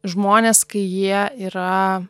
žmones kai jie yra